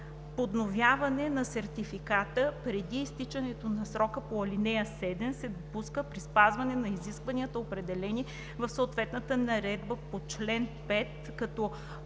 Подновяване на сертификата преди изтичане на срока по ал. 7 се допуска при спазване на изискванията, определени в съответната наредба по чл. 5, като бизнес